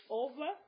over